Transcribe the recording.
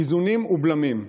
איזונים ובלמים.